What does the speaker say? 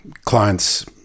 clients